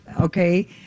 Okay